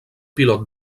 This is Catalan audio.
pilot